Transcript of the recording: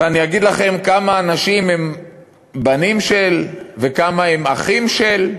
ואני אגיד לכם כמה אנשים הם בנים-של וכמה הם אחים-של.